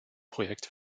projekt